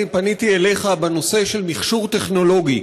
פניתי אליך בנושא של מכשור טכנולוגי